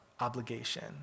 obligation